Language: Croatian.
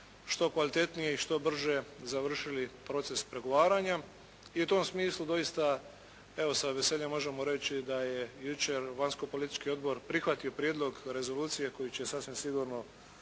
što kvalitetnije i što brže završili proces pregovaranja. I u tom smislu doista evo sa veseljem možemo reći da je jučer vanjsko-politički odbor prihvatio prijedlog rezolucije koju će sasvim sigurno